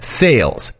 sales